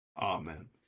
Amen